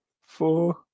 four